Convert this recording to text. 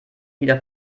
wieder